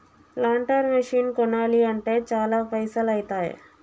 planter machine కొనాలి అంటే చాల పైసల్ ఐతాయ్